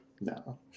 no